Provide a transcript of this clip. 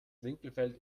winkelfeld